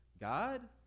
God